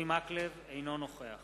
אינו נוכח